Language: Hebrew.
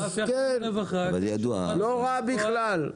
לא רע בכלל,